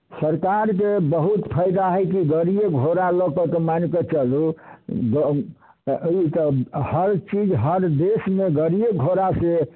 सरकारके बहुत फाइदा हइ कि गाड़िए घोड़ा लऽ कऽ तऽ मानिकऽ चलू जे ई तऽ हर चीज हर देसमे गाड़िए घोड़ासँ